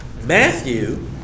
Matthew